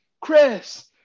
Chris